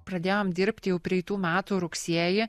pradėjom dirbti jau praeitų metų rugsėjį